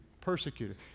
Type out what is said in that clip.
persecuted